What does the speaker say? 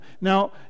Now